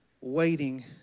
waiting